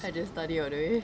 I just study all the way